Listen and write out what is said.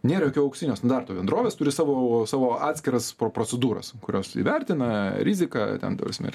nėra jokio auksinio standarto bendrovės turi savo savo atskiras procedūras kurios įvertina riziką ten ta prasme ir